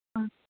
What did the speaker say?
ம்